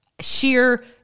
sheer